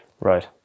Right